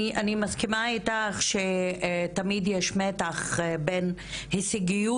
אני מסכימה איתך שתמיד יש מתח בין הישגיות